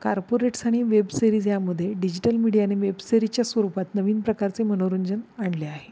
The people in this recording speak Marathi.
कार्पोरेट्स आणि वेब सिरीज यामध्ये डिजिटल मिडिया आणि वेब सिरीजच्या स्वरूपात नवीन प्रकारचे मनोरंजन आणले आहे